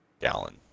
gallon